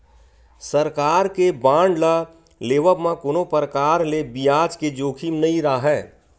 सरकार के बांड ल लेवब म कोनो परकार ले बियाज के जोखिम नइ राहय